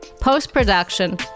Post-production